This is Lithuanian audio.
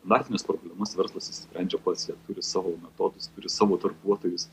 standartines problemas verslas išsisprendžia pats jie turi savo metodus turi savo darbuotojus